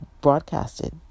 broadcasted